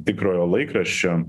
tikrojo laikraščio